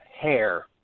hair